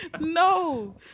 No